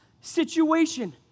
situation